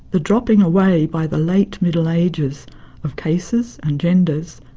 the dropping away by the late middle ages of cases and genders,